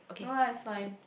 no lah it's fine